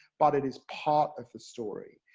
but it is part of the story.